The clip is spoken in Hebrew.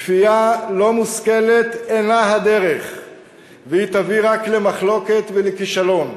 כפייה לא מושכלת אינה הדרך והיא תביא רק למחלוקת ולכישלון.